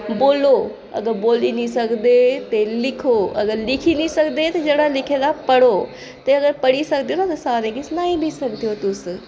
बोल्लोल् ते अगर बोली निं सकदे ते लिखो अगर लिखी निं सकदे ते जेह्ड़ा लिखे दा पढ़ो ते अगर पढ़ी सकदे न ते सारें गी सनाई बी सकदे ओ तुस